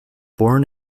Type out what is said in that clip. born